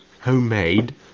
Homemade